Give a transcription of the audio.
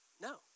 No